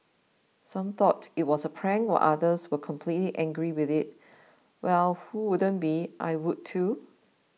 some thought it was a prank while others were completed angry with us well who wouldn't be I would too